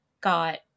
got